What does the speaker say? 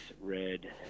red